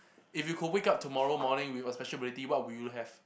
if you could wake up tomorrow morning with a special ability what would you have